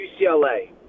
UCLA